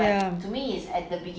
ya